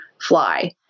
fly